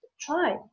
try